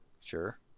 Sure